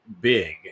big